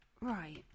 Right